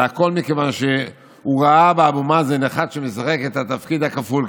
זה הכול מכיוון שהוא ראה באבו מאזן אחד שמשחק את התפקיד הכפול,